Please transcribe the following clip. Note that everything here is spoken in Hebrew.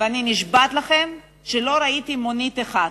ואני נשבעת לכם שלא ראיתי מונית אחת.